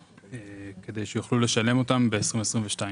כדי שיוכלו לשלם אותם ב-2022.